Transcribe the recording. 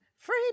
Free